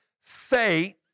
faith